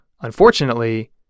unfortunately